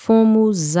Fomos